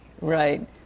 Right